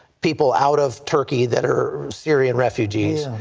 people out of turkey that are syrian refugees.